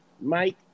Mike